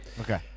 Okay